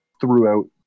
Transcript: throughout